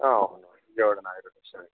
అవును విజయవాడ నాయుడు రెస్టారెంట్